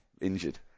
injured